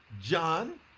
John